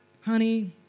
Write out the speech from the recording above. honey